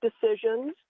decisions